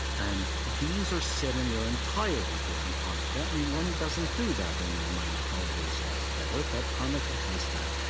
and these are said in their entirety during hanukkah. and one doesn't do that in minor holidays altogether, but hanukkah has that.